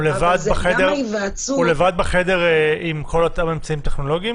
הוא לבד בחדר עם כל אותם אמצעים טכנולוגיים,